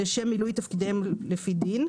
לשם מילוי תפקידיהם לפי דין,